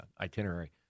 itinerary